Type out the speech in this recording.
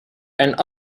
and